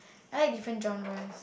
I like different genres